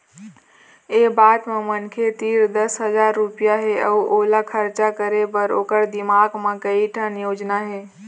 ए बात म मनखे तीर दस हजार रूपिया हे अउ ओला खरचा करे बर ओखर दिमाक म कइ ठन योजना हे